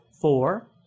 four